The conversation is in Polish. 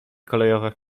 kolejowe